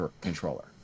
controller